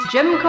Jim